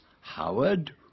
Howard